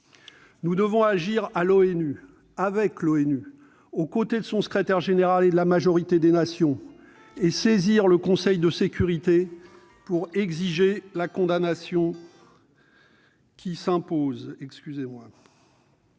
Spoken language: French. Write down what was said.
Nous devons agir à l'ONU et avec l'ONU, aux côtés de son secrétaire général et de la majorité des nations, et saisir le Conseil de sécurité pour exiger la condamnation qui s'impose.